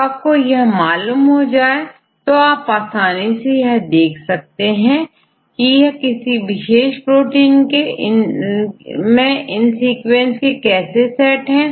जब आपको यह मालूम हो जाता है तो आप आसानी से यह देख सकते हैं कि किसी विशेष प्रोटीन में इन सीक्वेंस के कैसे सेट हैं